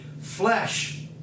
flesh